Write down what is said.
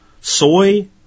soy